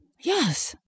Yes